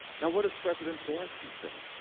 what is president zelensky saying?